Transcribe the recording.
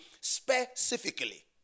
specifically